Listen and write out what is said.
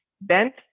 bent